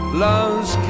loves